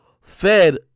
fed